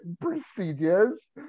procedures